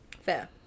fair